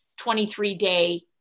23-day